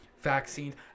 vaccines